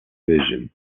vision